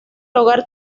hogar